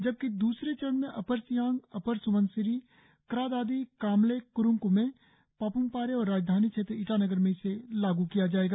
जबकि द्रसरे चरण में अपर सियांग अपर स़बनसिरी क्रा दादी कामले कुरुंग कुमे पापुमपारे और राजधानी क्षेत्र ईटानगर में इसे लागू किया जाएगा